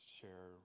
share